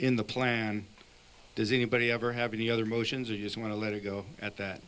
in the plan does anybody ever have any other motions or you just want to let it go at that